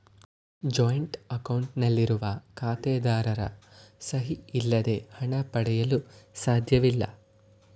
joint account ನಲ್ಲಿರುವ ಖಾತೆದಾರರ ಸಹಿ ಇಲ್ಲದೆ ಹಣ ಪಡೆಯಲು ಸಾಧ್ಯವಿಲ್ಲ